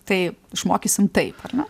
tai išmokysim taip ar ne